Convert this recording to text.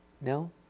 No